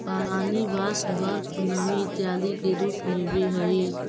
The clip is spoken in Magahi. पानी वाष्प, बर्फ नमी इत्यादि के रूप में भी हई